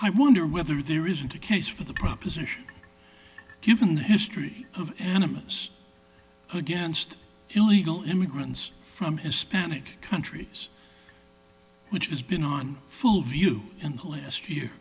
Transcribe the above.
i wonder whether there isn't a case for the proposition given the history of animists against illegal immigrants from hispanic countries which has been on full view and last year